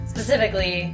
Specifically